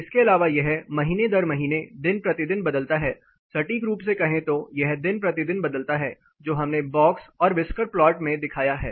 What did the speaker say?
इसके अलावा यह महीने दर महीने दिन प्रतिदिन बदलता है सटीक रूप से कहें तो यह दिन प्रतिदिन बदलता है जो हमने बॉक्स और व्हिस्कर प्लॉट में दिखाया है